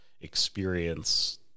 experience